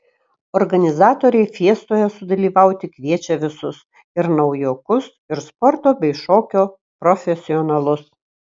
organizatoriai fiestoje sudalyvauti kviečia visus ir naujokus ir sporto bei šokio profesionalus